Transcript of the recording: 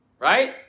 right